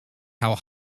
how